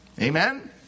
Amen